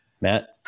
Matt